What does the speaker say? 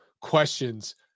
questions